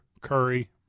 Curry